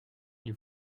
lui